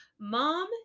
mom